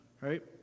right